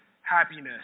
happiness